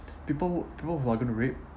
people people who are going to rape